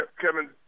Kevin